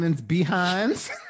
behinds